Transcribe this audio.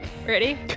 Ready